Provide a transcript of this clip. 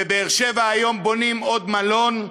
בבאר-שבע היום בונים עוד מלון,